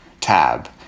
tab